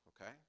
Okay